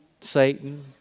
Satan